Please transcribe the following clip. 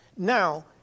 Now